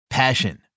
Passion